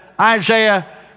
Isaiah